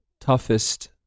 toughest